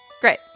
Great